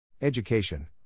Education